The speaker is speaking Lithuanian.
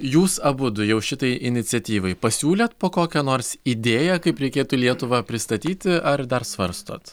jūs abudu jau šitai iniciatyvai pasiūlėt po kokią nors idėją kaip reikėtų lietuvą pristatyti ar dar svarstot